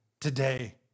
today